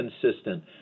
consistent